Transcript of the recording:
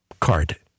card